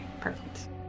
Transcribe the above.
Perfect